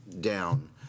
down